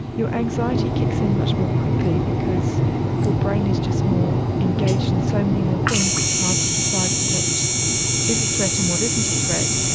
your anxiety kicks in much more quickly because your brain is just more engaged in so many more things, it's hard to decide what is a threat and what isn't a threat,